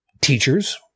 teachers